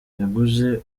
yaguze